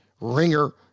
ringer